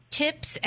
tips